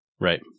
Right